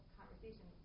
conversation